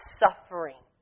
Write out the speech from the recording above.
suffering